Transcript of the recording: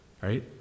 right